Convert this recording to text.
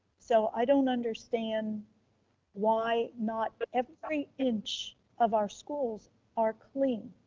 so i don't understand why not every inch of our schools are clean.